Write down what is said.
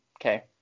okay